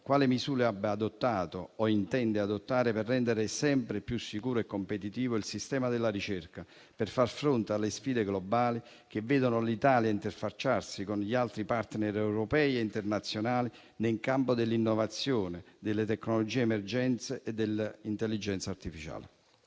quali misure abbia adottato o intenda adottare per rendere sempre più sicuro e competitivo il sistema della ricerca, per far fronte alle sfide globali che vedono l'Italia interfacciarsi con gli altri *partner* europei e internazionali nel campo dell'innovazione, delle tecnologie emergenti e dell'intelligenza artificiale.